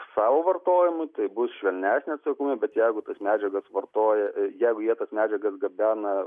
savo vartojimui tai bus švelnesnė atsakomybė bet jeigu tas medžiagas vartoja jeigu jie tas medžiagas gabena